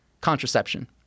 contraception